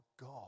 God